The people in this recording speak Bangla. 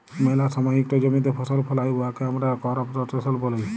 ম্যালা সময় ইকট জমিতে ফসল ফলাল হ্যয় উয়াকে আমরা করপ রটেশল ব্যলি